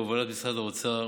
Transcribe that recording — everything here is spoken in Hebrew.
בהובלת משרד האוצר,